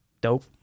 dope